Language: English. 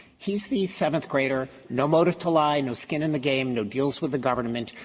he's the seventh-grader. no motive to lie, no skin in the game, no deals with the government.